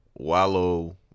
Wallow